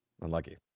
Unlucky